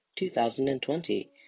2020